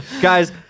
guys